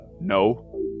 no